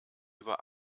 über